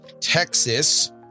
Texas